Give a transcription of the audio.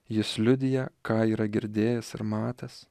jis liudija ką yra girdėjęs ir matęs